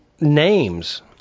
names